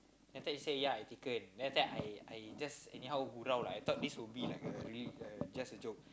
then after that she say yeah I taken then after that I I just anyhow gurau lah I thought this will be like a really just a joke